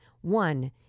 One